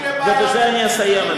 ובזה אני אסיים,